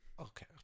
okay